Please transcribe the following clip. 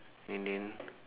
and then